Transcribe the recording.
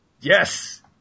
Yes